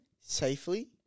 safely